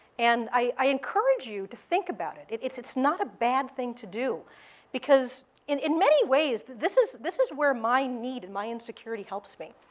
and i encourage you to think about it. it's it's not a bad thing to do because in in many ways, this is this is where my need and my insecurity helps me.